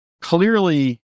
clearly